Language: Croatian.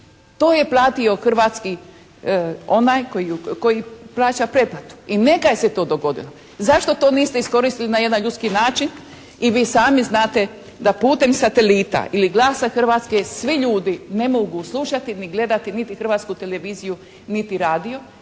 To je platio hrvatski onaj koji plaća pretplatu. I neka se to dogodilo. Zašto to niste iskoristili na jedan ljudski način? I vi sami znate da putem satelita ili Glasa Hrvatske svi ljudi ne mogu slušati ni gledati niti hrvatsku televiziju niti radio.